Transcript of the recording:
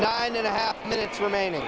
nine and a half minutes remaining